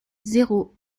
zéro